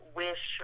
wish